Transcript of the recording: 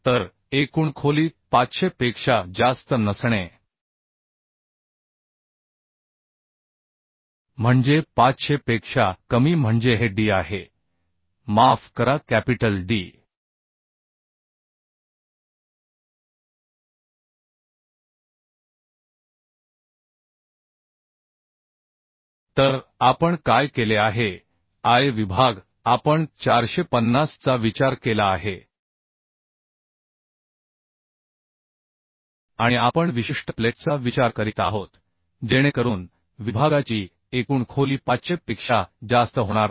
तर एकूण खोली 500 पेक्षा जास्त नसणे म्हणजे 500 पेक्षा कमी म्हणजे हे D आहे माफ करा कॅपिटल D तर आपण काय केले आहे I विभाग आम्ही 450 चा विचार केला आहे आणि आपण विशिष्ट प्लेटचा विचार करीत आहोत जेणेकरून विभागाची एकूण खोली 500 पेक्षा जास्त होणार नाही